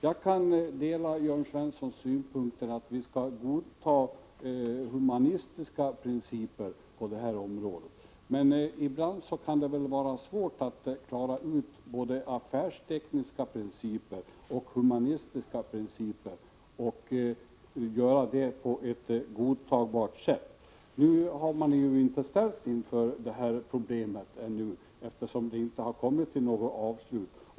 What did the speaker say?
Jag kan dela Jörn Svenssons synpunkter när han säger att vi skall handla efter humanistiska principer på det här området, men ibland kan det vara svårt att iaktta både affärsmässiga principer och humanistiska principer och att göra det på ett godtagbart sätt. Nu har vi ju inte ställts inför det problemet ännu, eftersom man inte har kommit fram till något avslut.